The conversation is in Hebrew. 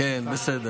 מותר לי.